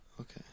Okay